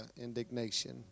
indignation